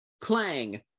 clang